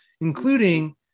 including